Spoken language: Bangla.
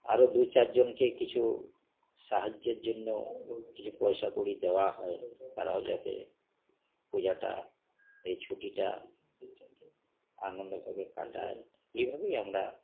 আরও দু চারজনকে কিছু সাহায্যের জন্য কিছু পয়সা কড়ি দেওয়া হয় তারাও যাতে পূজাটা এই ছুটিটা আনন্দভাবে কাটায় এভাবেই আমরা